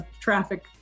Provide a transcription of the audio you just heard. traffic